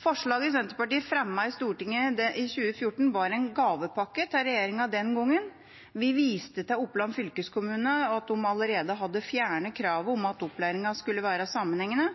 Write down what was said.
Forslaget Senterpartiet fremmet i Stortinget i 2014, var en gavepakke til regjeringa den gangen. Vi viste til at Oppland fylkeskommune allerede hadde fjernet kravet om at opplæringen skulle være sammenhengende,